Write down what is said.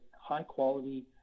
high-quality